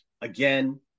again